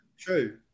true